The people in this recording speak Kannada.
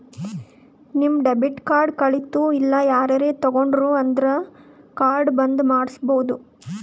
ನಿಮ್ ಡೆಬಿಟ್ ಕಾರ್ಡ್ ಕಳಿತು ಇಲ್ಲ ಯಾರರೇ ತೊಂಡಿರು ಅಂದುರ್ ಕಾರ್ಡ್ ಬಂದ್ ಮಾಡ್ಸಬೋದು